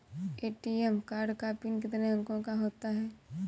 ATM card का PIN कितने अंकों का होता है?